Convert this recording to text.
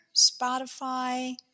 Spotify